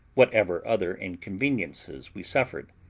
whatever other inconveniences we suffered.